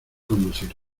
conducir